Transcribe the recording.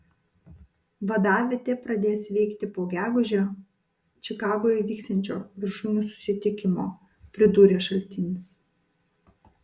vadavietė pradės veikti po gegužę čikagoje vyksiančio viršūnių susitikimo pridūrė šaltinis